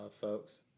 folks